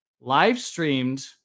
live-streamed